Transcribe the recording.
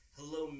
Hello